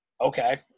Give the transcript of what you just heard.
Okay